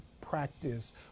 practice